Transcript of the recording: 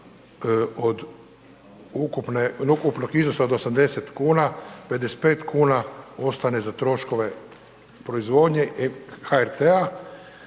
od ukupnog iznosa od 80 kuna 55 kuna ostane za troškove proizvodnje HRT-a